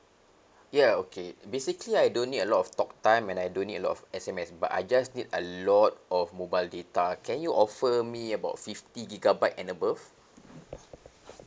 ya okay basically I don't need a lot of talktime and I don't need a lot of S_M_S but I just need a lot of mobile data can you offer me about fifty gigabyte and above